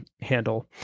handle